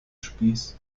spieß